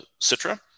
Citra